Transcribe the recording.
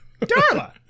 Darla